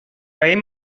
aim